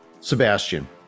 Sebastian